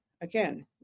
again